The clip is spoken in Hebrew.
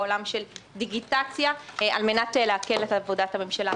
בעולם של דיגיטציה על מנת להקל את עבודת הממשלה.